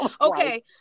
Okay